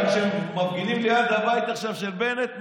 אבל כשהם מפגינים ליד הבית של בנט עכשיו,